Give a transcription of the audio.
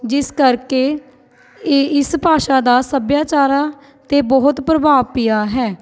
ਜਿਸ ਕਰਕੇ ਇਹ ਇਸ ਭਾਸ਼ਾ ਦਾ ਸੱਭਿਆਚਾਰਾ 'ਤੇ ਬਹੁਤ ਪ੍ਰਭਾਵ ਪਿਆ ਹੈ